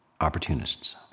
opportunists